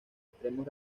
extremos